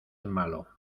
malo